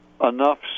enough